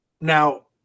now